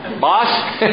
Boss